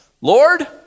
Lord